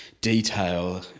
Detail